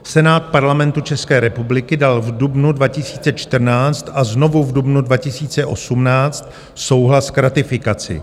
Senát Parlamentu České republiky dal v dubnu 2014 a znovu v dubnu 2018 souhlas k ratifikaci.